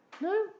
No